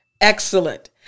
Excellent